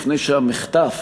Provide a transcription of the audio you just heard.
לפני שהמחטף